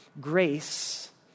grace